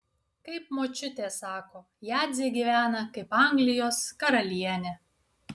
kaip močiutė sako jadzė gyvena kaip anglijos karalienė